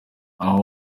aho